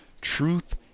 Truth